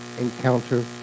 encounter